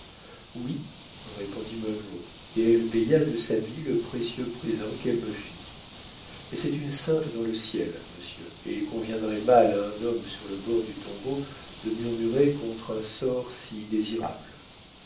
oui répondit munro et elle paya de sa vie le précieux présent qu'elle me fit mais c'est une sainte dans le ciel monsieur et il conviendrait mal à un homme sur le bord du tombeau de murmurer contre un sort si désirable